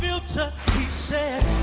filter he said